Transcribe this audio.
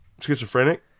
schizophrenic